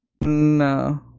No